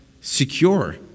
secure